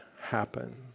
happen